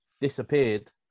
disappeared